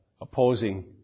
opposing